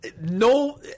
No